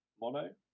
mono